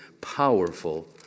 powerful